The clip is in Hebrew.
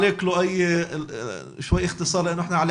והלוואי שתוכלי להעביר לנו את החומר כדי שנוכל להעלות